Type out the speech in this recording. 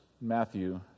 Matthew